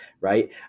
right